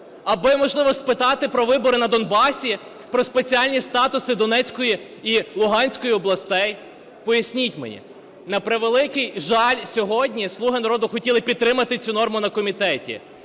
Аби, можливо, спитати про вибори на Донбасі, про спеціальні статуси Донецької і Луганської областей? Поясніть мені. На превеликий жаль, сьогодні "слуги народу" хотіли підтримати цю норму на комітеті.